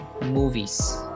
movies